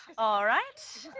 all right.